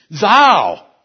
Thou